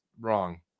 wrong